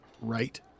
right